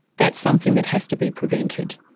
that's something that has to be prevented.